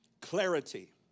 clarity